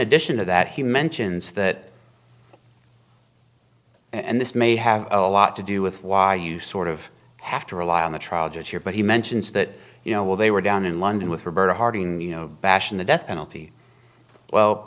addition to that he mentions that and this may have a lot to do with why you sort of have to rely on the trial judge here but he mentions that you know while they were down in london with her murder harding you know bashing the death penalty well